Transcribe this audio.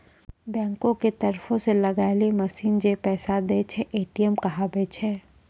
बैंको के तरफो से लगैलो मशीन जै पैसा दै छै, ए.टी.एम कहाबै छै